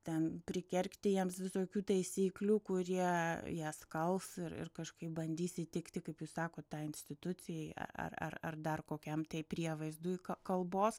ten prikergti jiems visokių taisyklių kurie jas kals ir ir kažkaip bandys įtikti kaip jūs sakot tai institucijai a ar ar ar dar kokiam tai prievaizdui kalbos